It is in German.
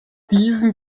diesen